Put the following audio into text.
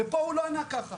ופה הוא לא ענה ככה.